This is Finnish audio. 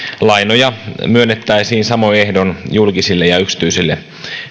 lainoja myönnettäisiin samoin ehdoin julkisille ja yksityisille